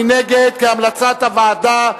מי נגד, כהמלצת הוועדה?